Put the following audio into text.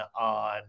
on